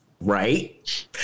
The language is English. Right